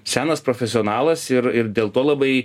senas profesionalas ir ir dėl to labai